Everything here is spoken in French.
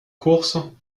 courses